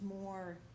more